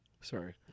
Sorry